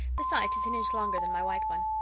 besides, it's an inch longer than my white one.